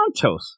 Montos